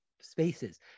spaces